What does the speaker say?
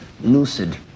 lucid